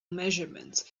measurements